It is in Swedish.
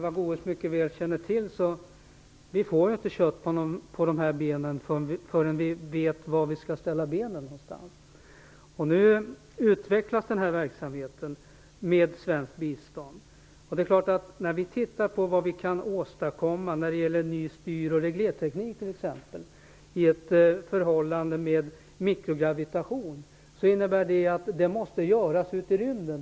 Herr talman! Eva Goës känner mycket väl till att vi inte får kött på benen förrän vi vet var vi skall ställa benen. Nu utvecklas denna verksamhet, med svenskt bistånd. När vi tittar på vad som kan åstadkommas när det gäller ny styr och reglerteknik, t.ex. i ett förhållande med mikrogravitation, står det klart att det måste göras i rymden.